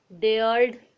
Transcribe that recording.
dared